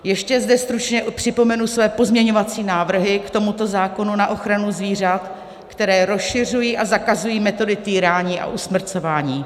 Ještě zde stručně připomenu své pozměňovací návrhy k tomuto zákonu na ochranu zvířat, které rozšiřují a zakazují metody týrání a usmrcování.